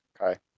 Okay